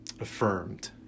affirmed